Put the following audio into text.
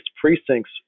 precincts